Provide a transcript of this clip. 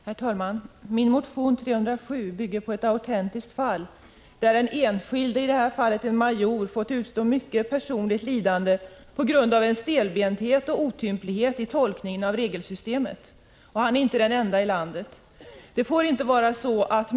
Herr talman! Min motion 307 bygger på ett autentiskt fall där den enskilde, i det här fallet en major, har fått utstå mycket personligt lidande på grund av en stelbenthet och en otymplighet i tolkningen av regelsystemet. Han är inte den ende i landet som drabbats av detta.